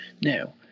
Now